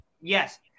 Yes